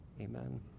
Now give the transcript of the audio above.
Amen